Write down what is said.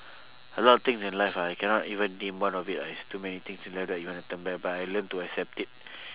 a lot of things in life ah you cannot even think one of it ah there's too many things in life that you wanna turn back but I learned to accept it